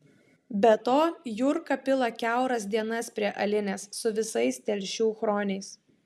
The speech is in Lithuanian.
be to jurka pila kiauras dienas prie alinės su visais telšių chroniais